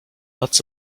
lots